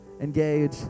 engage